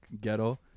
ghetto